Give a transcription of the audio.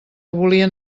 volien